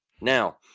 Now